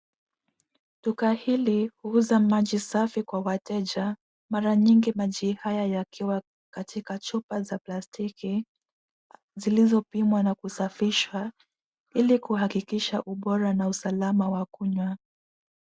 Duka hili huuza maji safi kwa wateja. Mara nyingi maji haya yakiwa katika chupa za plastiki zilizopimwa na kusafishwa ili kuhakikisha ubora na usalama wa kunywa.